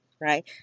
Right